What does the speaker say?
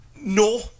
No